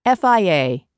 FIA